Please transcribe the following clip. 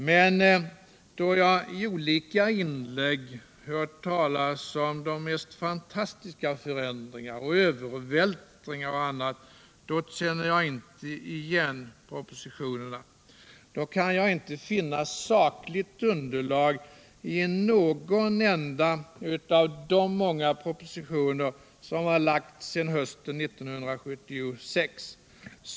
Men då jag i olika ordalag hört talas om de mest fantastiska förändringar, övervältringar och annat — då känner jag inte igen propositionerna, då kan jag inte finna sakligt underlag för detta i någon enda av de många propositioner som lagts sedan hösten 1976.